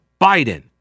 Biden